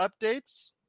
updates